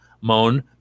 moan